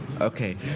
Okay